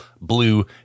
blue